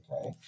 okay